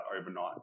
overnight